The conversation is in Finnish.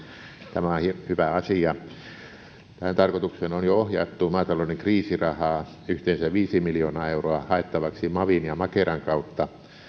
tämä on hyvä asia tähän tarkoitukseen on jo ohjattu maatalouden kriisirahaa yhteensä viisi miljoonaa euroa haettavaksi mavin ja makeran kautta